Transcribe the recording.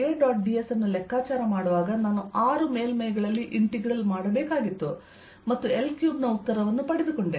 A dot ds ಅನ್ನು ಲೆಕ್ಕಾಚಾರ ಮಾಡುವಾಗ ನಾನು ಆರು ಮೇಲ್ಮೈಗಳಲ್ಲಿ ಇಂಟಿಗ್ರಲ್ ಮಾಡಬೇಕಾಗಿತ್ತು ಮತ್ತು L3ನ ಉತ್ತರವನ್ನು ಪಡೆದುಕೊಂಡೆ